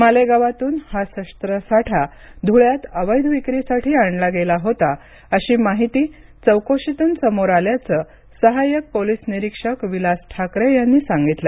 मालेगावातून हा शस्त्र साठा धुळ्यात अवैध विक्रीसाठी आणला गेला होता अशी माहिती चौकशीतून समोर आल्याचं सहाय्यक पोलिस निरीक्षक विलास ठाकरे यांनी सांगितलं